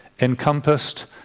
encompassed